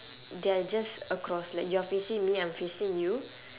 they're just across like you're facing me I'm facing you